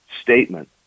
statement